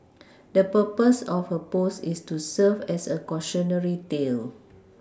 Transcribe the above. the purpose of her post is to serve as a cautionary tale